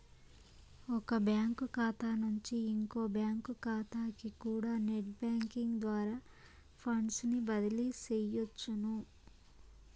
ఒక బ్యాంకు కాతా నుంచి ఇంకో బ్యాంకు కాతాకికూడా నెట్ బ్యేంకింగ్ ద్వారా ఫండ్సుని బదిలీ సెయ్యొచ్చును